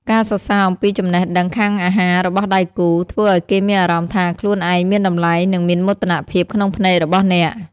ការសរសើរអំពីចំណេះដឹងខាងអាហាររបស់ដៃគូ ធ្វើឱ្យគេមានអារម្មណ៍ថាខ្លួនឯងមានតម្លៃ និងមានមោទនភាពក្នុងភ្នែករបស់អ្នក។